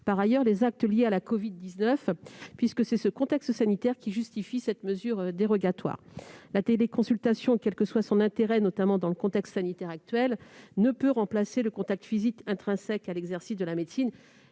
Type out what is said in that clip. explicitement les actes liés à la covid-19, puisque c'est le contexte sanitaire qui justifie cette mesure dérogatoire. La téléconsultation, quel que soit son intérêt, notamment dans le contexte sanitaire actuel, ne peut remplacer le contact physique intrinsèque à l'exercice de la médecine-